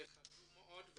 זה דבר חשוב מאוד.